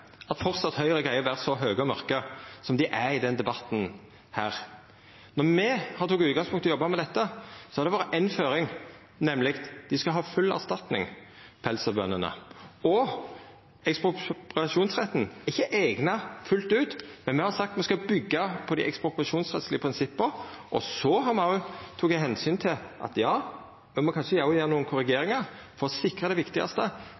at Høgre framleis greier å vera så høge og mørke som dei er i denne debatten. Utgangspunktet vårt då me skulle jobba med dette, var éi føring, nemleg at pelsdyrbøndene skal ha full erstatning. Ekspropriasjonsretten er ikkje eigna fullt ut, men me har sagt at me skal byggja på dei ekspropriasjonsrettslege prinsippa, og så har me òg teke omsyn til at me kanskje må gjera nokre korrigeringar for å sikra det viktigaste,